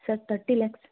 sir thirty lakhs